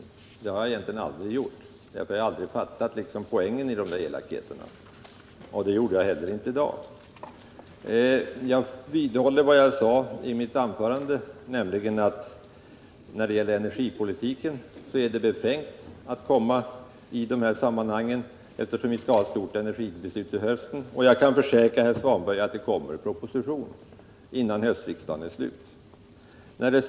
Det har jag egentligen aldrig gjort, för jag har liksom inte fattat poängen i elakheterna. Det gjorde jag heller inte i dag. Jag vidhåller vad jag sade i mitt anförande, nämligen att det är befängt att tala om energipolitiken i dessa sammanhang, eftersom vi skall fatta ett stort energibeslut till hösten. Och jag kan försäkra herr Svanberg att det kommer en proposition innan riksdagens arbete i höst är slut.